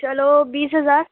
چلو بیس ہزار